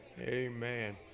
Amen